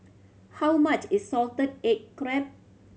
how much is salted egg crab